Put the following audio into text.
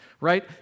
right